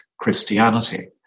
Christianity